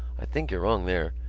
i think you're wrong there.